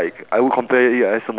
they give you the same photo right